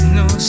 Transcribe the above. no